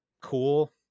Cool